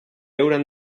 hauran